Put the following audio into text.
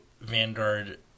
Vanguard